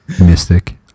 Mystic